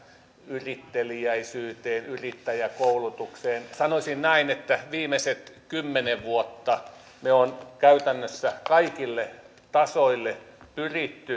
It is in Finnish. yritteliäisyyteen yrittäjäkoulutukseen sanoisin näin että viimeiset kymmenen vuotta me olemme käytännössä kaikille tasoille pyrkineet lisäämään